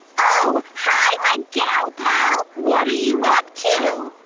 oh, hi, my gal pal. what are you up to?